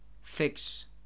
Fix